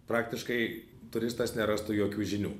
praktiškai turistas nerastų jokių žinių